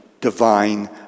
divine